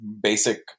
basic